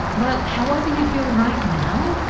but however you feel right now,